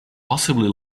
possibly